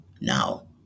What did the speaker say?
Now